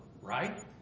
right